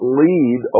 lead